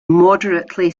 moderately